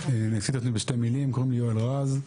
עצמי בשתי מילים, קוראים לי יואל רז,